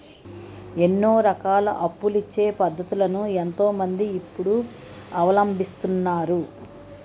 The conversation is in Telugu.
ఎన్నో రకాల అప్పులిచ్చే పద్ధతులను ఎంతో మంది ఇప్పుడు అవలంబిస్తున్నారు